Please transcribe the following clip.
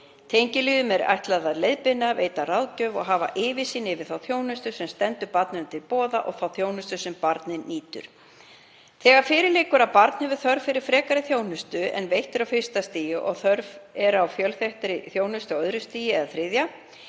Tengiliðum er ætlað að leiðbeina, veita ráðgjöf og hafa yfirsýn yfir þá þjónustu sem stendur barninu til boða og þá þjónustu sem barnið nýtur. Þegar fyrir liggur að barn hefur þörf fyrir frekari þjónustu en veitt er á fyrsta stigi og þörf er á fjölþættri þjónustu á öðru eða þriðja